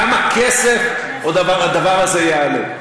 כמה כסף עוד הדבר הזה יעלה.